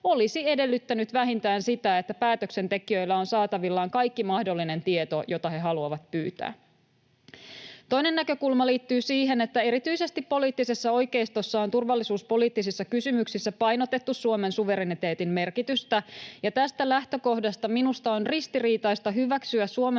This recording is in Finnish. olisi edellyttänyt vähintään sitä, että päätöksentekijöillä on saatavillaan kaikki mahdollinen tieto, jota he haluavat pyytää. Toinen näkökulma liittyy siihen, että erityisesti poliittisessa oikeistossa on turvallisuuspoliittisissa kysymyksissä painotettu Suomen suvereniteetin merkitystä, ja tästä lähtökohdasta minusta on ristiriitaista hyväksyä Suomen